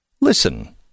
Listen